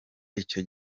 icyo